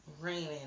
raining